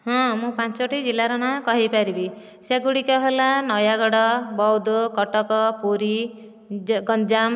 ହଁ ମୁଁ ପାଞ୍ଚୋଟି ଜିଲ୍ଲାର ନାଁ କହିପାରିବି ସେଗୁଡ଼ିକ ହେଲା ନୟାଗଡ଼ ବୌଦ କଟକ ପୁରୀ ଗଞ୍ଜାମ